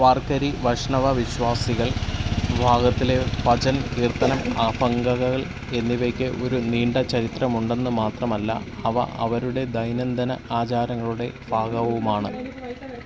വാർക്കരി വൈഷ്ണവ വിശ്വാസികൾ വിഭാഗത്തിലെ ഭജൻ കീർത്തനം അഫങ്കഥകൾ എന്നിവയ്ക്ക് ഒരു നീണ്ട ചരിത്രമുണ്ടെന്ന് മാത്രമല്ല അവ അവരുടെ ദൈനംദിന ആചാരങ്ങളുടെ ഭാഗവുമാണ്